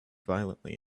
violently